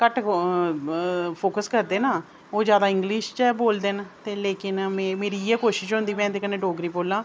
घट्ट फोकस करदे ना ओह् ज्यादा इंगलिश च बोलदे ना लेकिन मेरी इ'यै कोशिश होंदी में इं'दे कन्नै डोगरी बोल्लां